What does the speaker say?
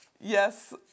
yes